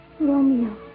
Romeo